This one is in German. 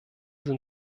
sind